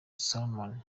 salomo